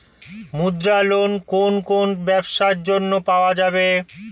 মুদ্রা লোন কোন কোন ব্যবসার জন্য পাওয়া যাবে?